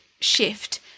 shift